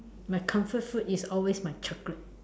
my comfort food is always my chocolate